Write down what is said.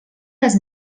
les